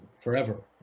forever